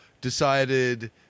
decided